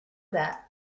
that